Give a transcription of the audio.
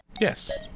Yes